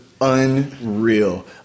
unreal